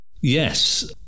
Yes